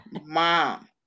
mom